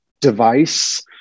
device